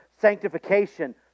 sanctification